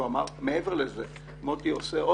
מעבר לזה מוטי מוסיף גם